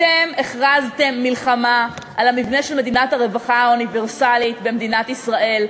אתם הכרזתם מלחמה על המבנה של מדינת הרווחה האוניברסלית במדינת ישראל.